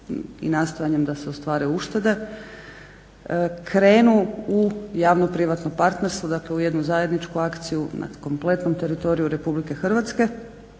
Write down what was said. i nastojanjem da se ostvare uštede krenu u javno-privatno partnerstvo, dakle u jednu zajedničku akciju na kompletnom teritoriju RH.